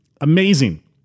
Amazing